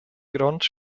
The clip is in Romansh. gronds